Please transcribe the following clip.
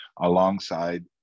Alongside